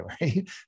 right